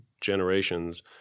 generations